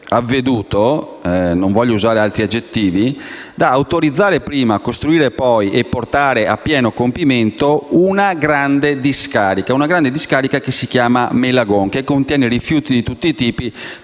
avveduto - non voglio usare altri aggettivi - da autorizzare prima, costruire poi e portare a compimento una grande discarica, che si chiama Melagon, che contiene rifiuti di tutti i tipi,